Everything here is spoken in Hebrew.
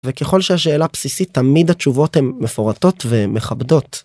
וככל שהשאלה בסיסית, תמיד התשובות הן מפורטות ומכבדות.